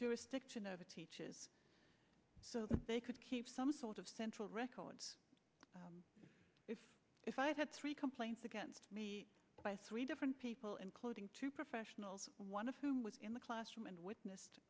extinction of a teaches so that they could keep some sort of central records if if i had three complaints against me by three different people including two professionals one of whom was in the classroom and witnessed